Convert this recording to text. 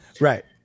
right